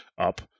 up